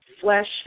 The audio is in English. flesh